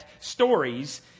stories